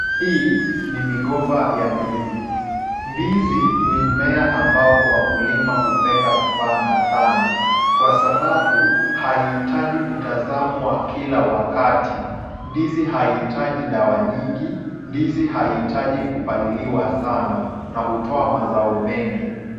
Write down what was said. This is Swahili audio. Hii ni migomba ya ndizi. Ndizi ni mmea ambao wakulima hupenda kupanda sana, kwa sababu hahitaji kutazamwa kila wakati. Ndizi hahitaji dawa nyingi, ndizi hahitaji kupaliliwa sana na hutoa mazao mengi.